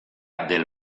del